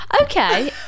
Okay